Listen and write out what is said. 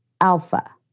Alpha